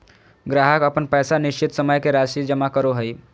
ग्राहक अपन पैसा निश्चित समय के राशि जमा करो हइ